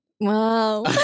Wow